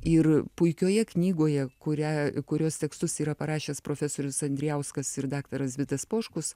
ir puikioje knygoje kurią kurios tekstus yra parašęs profesorius andrijauskas ir daktaras vidas poškus